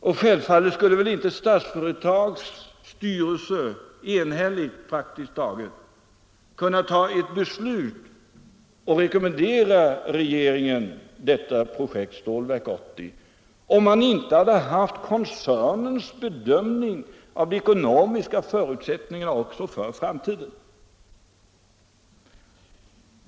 Statsföretags styrelse skulle väl inte praktiskt taget enhälligt ha kunnat ta ett beslut och rekommendera regeringen detta projekt, Stålverk 80, om styrelsen inte hade haft koncernens bedömning av de ekonomiska förutsättningarna också för framtiden.